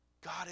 God